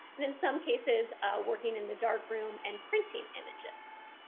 and in some cases working in the dark room and printing images.